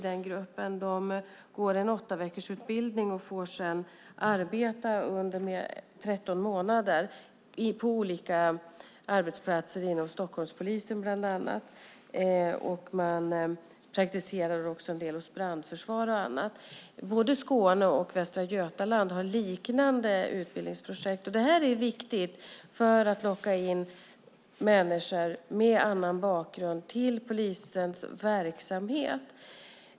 De går en åttaveckorsutbildning och får sedan arbeta under 13 månader på olika arbetsplatser inom bland annat Stockholmspolisen. De praktiserar också hos brandförsvar och annat. Både Skåne och Västra Götaland har liknande utbildningsprojekt. Det är viktigt för att locka in människor med annan bakgrund till polisens verksamhet.